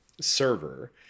server